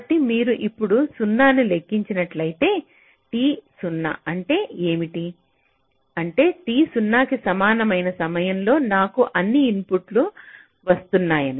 కాబట్టి మీరు ఇప్పుడు 0 ను లెక్కించినట్లయితే t 0 అంటే ఏమిటి అంటే t 0 కి సమానమైన సమయంలో నాకు అన్ని ఇన్పుట్లు వస్తున్నాయి